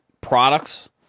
products